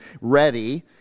ready